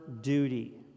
duty